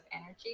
energy